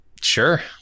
sure